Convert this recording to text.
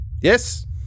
Yes